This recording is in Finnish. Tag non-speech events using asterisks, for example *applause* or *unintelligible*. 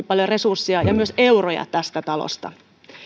*unintelligible* paljon resursseja ja myös euroja tästä talosta